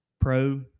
pro